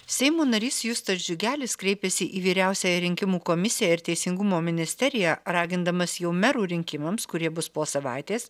seimo narys justas džiugelis kreipėsi į vyriausiąją rinkimų komisiją ir teisingumo ministeriją ragindamas jau merų rinkimams kurie bus po savaitės